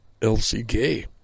LCK